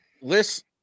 List